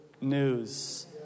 news